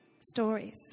stories